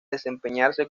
desempeñarse